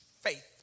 faith